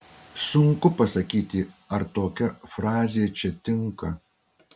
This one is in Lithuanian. sunku pasakyti ar tokia frazė čia tinka